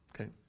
okay